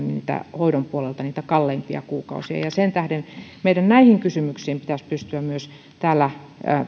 hoidon puolesta myöskin niitä kalleimpia kuukausia sen tähden meidän näihin kysymyksiin pitäisi pystyä myös täällä